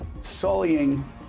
sullying